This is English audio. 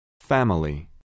Family